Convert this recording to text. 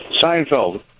Seinfeld